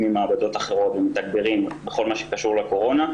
ממעבדות אחרות ומתגברים בכל מה שקשור לקורונה,